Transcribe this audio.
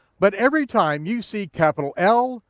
but every time you see capital l,